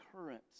currents